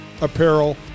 apparel